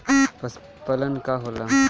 पशुपलन का होला?